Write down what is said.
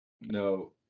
No